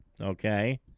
okay